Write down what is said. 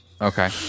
Okay